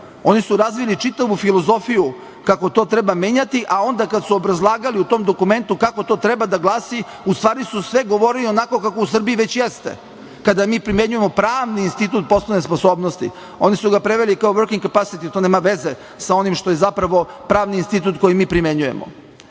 oni su razvili čitavu filozofiju kako to treba menjati, a onda kada su obrazlagali u tom dokumentu kako to treba da glasi u stvari su sve govorili onako kako u Srbiji već jeste. Kada mi primenjujemo pravni institut poslovne sposobnosti, oni su ga preveli kao „working capacity“ to nema veze sa oni što je zapravo pravni institut koji mi primenjujemo. Dakle,